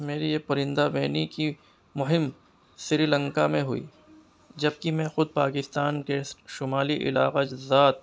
میری یہ پرندہ بینی کی مہم سری لنکا میں ہوئی جبکہ میں خود پاکستان کے شمالی علاقہ جات